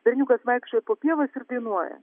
berniukas vaikščioja po pievas ir dainuoja